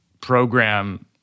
program